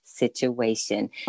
situation